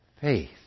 faith